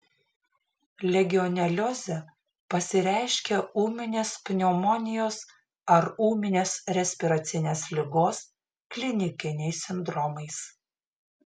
legioneliozė pasireiškia ūminės pneumonijos ar ūminės respiracinės ligos klinikiniais sindromais